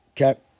Okay